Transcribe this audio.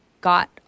got